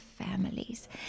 families